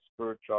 spiritual